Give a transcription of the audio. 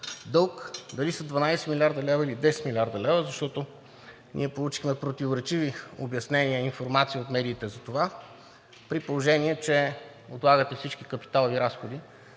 дълг – дали са 12 млрд. лв., или 10 млрд. лв., защото ние получихме противоречиви обяснения и информация от медиите за това, при положение че отлагате всички капиталови разходи